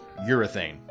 urethane